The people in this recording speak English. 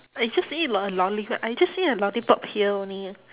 I just eat a lolli~ I just eat a lollipop here only